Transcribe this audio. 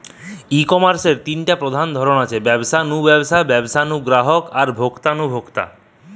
ই কমার্সের তিনটা প্রধান ধরন আছে, ব্যবসা নু ব্যবসা, ব্যবসা নু গ্রাহক আর ভোক্তা নু ভোক্তা